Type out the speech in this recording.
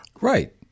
Right